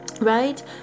right